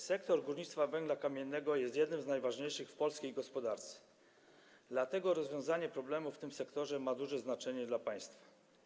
Sektor górnictwa węgla kamiennego jest jednym z najważniejszych w polskiej gospodarce, dlatego rozwiązanie problemów w tym sektorze ma duże znaczenie dla państwa.